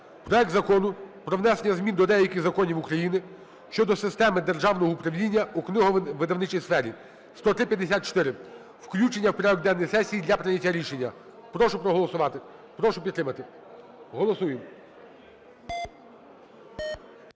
проект Закону про внесення змін до деяких законів України щодо системи державного управління у книговидавничій сфері. 10354. Включення у порядок денний сесії для прийняття рішення. Прошу проголосувати, прошу підтримати. Голосуємо!